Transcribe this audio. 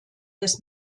des